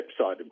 website